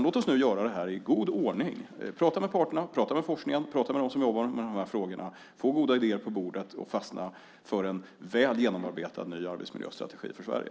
Låt oss göra det här i god ordning, prata med parterna, prata med forskningen och prata med dem som har hand om de här frågorna, få goda idéer på bordet och fastna för en väl genomarbetad ny arbetsmiljöstrategi för Sverige.